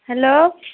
hello